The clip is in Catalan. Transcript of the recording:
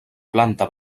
planta